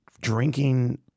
drinking